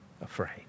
afraid